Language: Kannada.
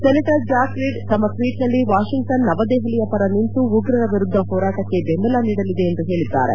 ಸೆನೆಟರ್ ಜಾಕ್ ರೀಡ್ ತಮ್ಮ ಟ್ವೀಟ್ನಲ್ಲಿ ವಾಷಿಂಗ್ಟನ್ ನವದೆಹಲಿಯ ಪರ ನಿಂತು ಉಗ್ರರ ವಿರುದ್ಧ ಹೋರಾಟಕ್ಕೆ ಬೆಂಬಲ ನೀಡಲಿದೆ ಎಂದು ಹೇಳಿದ್ದಾರೆ